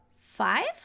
five